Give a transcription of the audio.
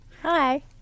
Hi